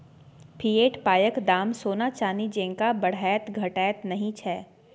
fiat पायक दाम सोना चानी जेंका बढ़ैत घटैत नहि छै